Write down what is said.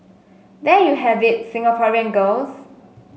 there you have it Singaporean girls